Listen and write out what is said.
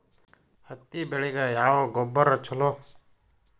ಹತ್ತಿ ಬೆಳಿಗ ಯಾವ ಗೊಬ್ಬರ ಛಲೋ?